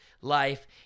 life